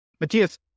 Matthias